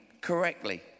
correctly